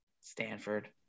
Stanford